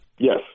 Yes